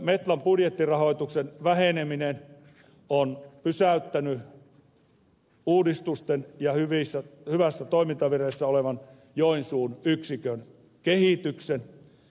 metlan budjettirahoituksen väheneminen on pysäyttänyt uudistukset ja hyvässä toimintavireessä olevan joensuun yksikön kehityksen